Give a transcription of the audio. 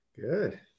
Good